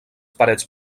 parets